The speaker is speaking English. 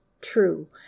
true